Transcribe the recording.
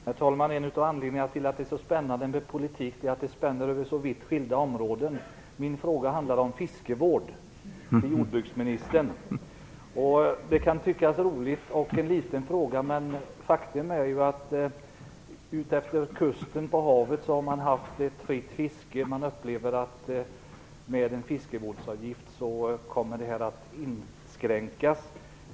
Herr talman! En av anledningarna till att det är så spännande med politik är att den spänner över så vitt skilda områden. Min fråga till jordbruksministern handlar om fiskevård. Det kan tyckas som en rolig liten fråga, men faktum är att man på havet utefter kusten har haft ett fritt fiske. Man upplever att det kommer att inskränkas med en fiskevårdsavgift.